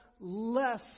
Less